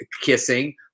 kissing